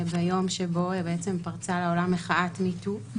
ביום שבו פרצה לעולם מחאת מי טו,